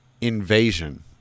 invasion